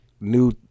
new